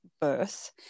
birth